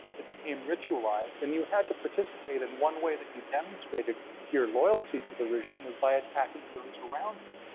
it became ritualized. and you had to participate and one way that you demonstrated your loyalty to the regime was by attacking those around you.